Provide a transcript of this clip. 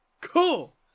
Cool